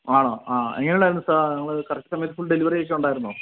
ആണോ ആ എങ്ങനെയുണ്ടായിരുന്നു സാർ നമ്മൾ കറക്റ്റ് സമയത്ത് ഫുൾ ഡെലിവറി ഒക്കെ ഉണ്ടായിരുന്നോ